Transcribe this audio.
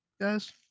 guys